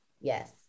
Yes